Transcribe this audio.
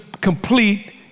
complete